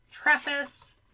preface